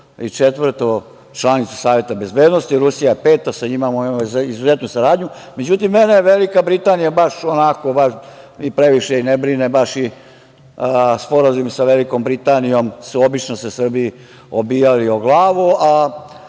četvrtu članicu Saveta bezbednosti, Rusija je peta i sa njima imamo izuzetnu saradnju… Međutim, mene Velika Britanija baš onako i previše ne brine i sporazumi sa Velikom Britanijom su se obično Srbiji obijali o glavu,